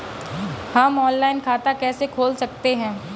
हम ऑनलाइन खाता कैसे खोल सकते हैं?